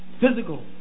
physical